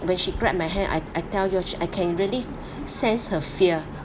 when she grab my hand I I tell you I can really sense her fear